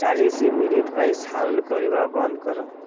ଚାଳିଶ ମିନିଟ ପାଇଁ ସାଉଣ୍ଡ କରିବା ବନ୍ଦ କର